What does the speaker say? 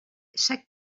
chaque